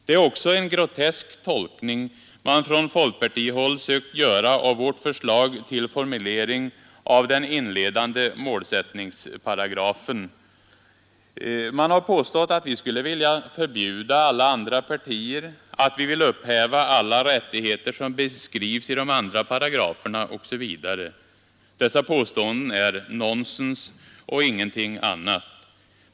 Det är också en grotesk tolkning man från folkpartihåll sökt göra av vårt förslag till formulering av den inledande målsättningsparagrafen. Man har påstått att vi skulle vilja förbjuda alla andra partier, att vi vill upphäva alla rättigheter som beskrivs i de andra paragraferna osv. Dessa påståenden är nonsens.